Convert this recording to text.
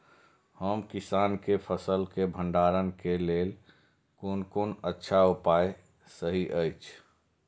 हम किसानके फसल के भंडारण के लेल कोन कोन अच्छा उपाय सहि अछि?